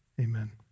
Amen